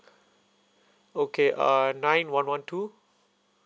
okay uh nine one one two